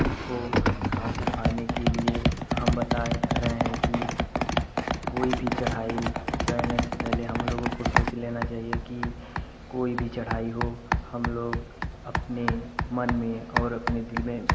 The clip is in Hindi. उसको काबू पाने के लिए हम बता रहे हैं कि कोई भी चढ़ाई चढ़ने से पहले हम लोगों को सोच लेना चाहिए कि कोई भी चढ़ाई हो हम लोग अपने मन में और अपने दिल में